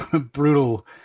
brutal